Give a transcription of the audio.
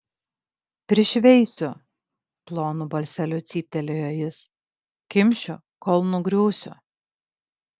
prišveisiu plonu balseliu cyptelėjo jis kimšiu kol nugriūsiu